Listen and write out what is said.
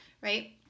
right